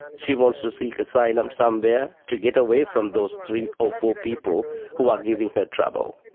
she wants to seek asylum somewhere to get away from those three or four people who are giving her trouble.